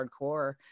hardcore